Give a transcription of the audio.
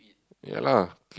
ya lah